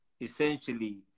essentially